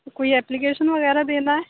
کوئی اپلیکیشن وغیرہ دینا ہے